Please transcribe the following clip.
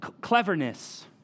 cleverness